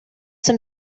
some